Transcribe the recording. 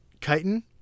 chitin